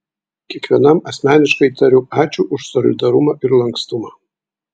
kiekvienam asmeniškai tariu ačiū už solidarumą ir lankstumą